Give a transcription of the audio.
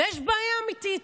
ויש בעיה אמיתית.